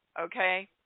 Okay